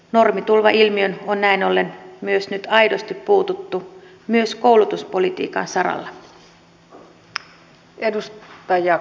normitulvailmiöön on näin ollen nyt aidosti puututtu myös koulutuspolitiikan saralla